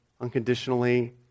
unconditionally